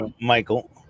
Michael